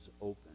open